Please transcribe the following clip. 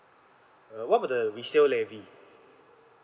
uh what about the resale levy